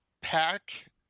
pack